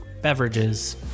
beverages